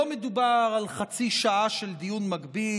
לא מדובר על חצי שעה של דיון מקביל,